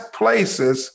places